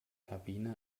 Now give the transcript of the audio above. kabine